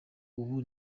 ubu